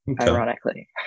Ironically